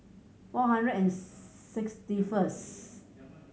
four hundred and sixty first